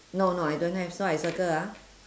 no no I don't have so I circle ah